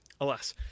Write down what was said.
alas